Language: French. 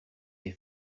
des